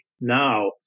now